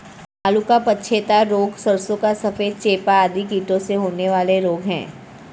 आलू का पछेता रोग, सरसों का सफेद चेपा आदि कीटों से होने वाले रोग हैं